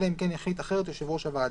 אלא אם כן החליט אחרת יושב ראש הוועדה.